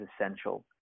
essential